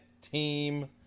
team